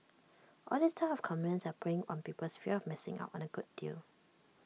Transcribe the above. all these type of comments are preying on people's fear on missing out on A good deal